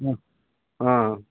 ఆ